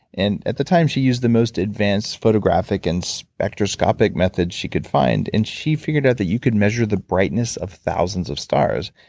and at the time, she used the most advanced photographic and spectroscopic methods she could find. and she figured out that you could measure the brightness of thousands of stars.